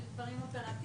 חוץ מהנושא היפה,